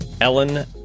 Ellen